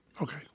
Okay